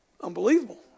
Unbelievable